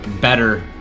better